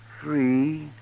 three